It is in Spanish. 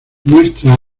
muestra